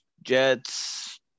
Jets